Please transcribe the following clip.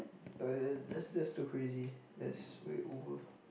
err that's that's too crazy that's way over